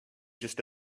just